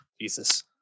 Jesus